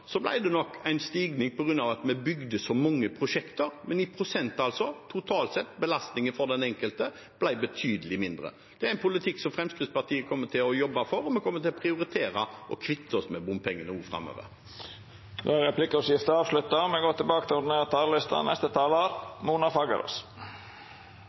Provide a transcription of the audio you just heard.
bygde så mange prosjekter, men prosentvis totalt sett ble belastningen for den enkelte betydelig mindre. Det er en politikk som Fremskrittspartiet kommer til å jobbe for, og vi kommer til å prioritere å kvitte oss med bompengene også framover. Då er replikkordskiftet avslutta. Stortinget har et stort ansvar for å sikre gode og